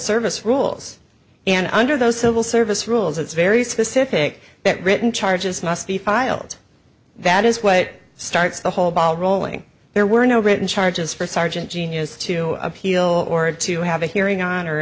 service rules and under those civil service rules it's very specific that written charges must be filed that is what starts the whole ball rolling there were no written charges for sergeant gene is to appeal or to have a hearing on or